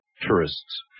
tourists